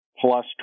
plus